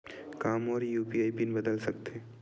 का मोर UPI PIN बदल सकथे?